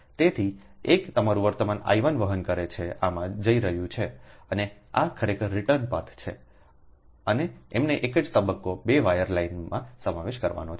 તેથી એક તમારું વર્તમાન I1 વહન કરે છે જે આમાં જઈ રહ્યું છે સંદર્ભ લો 3007 અને આ ખરેખર રીટર્ન પાથ છે અને અમને એક જ તબક્કો 2 વાયર લાઇનનો સમાવેશ કરવાનો છે